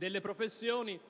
alle professioni